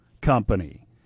company